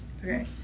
Okay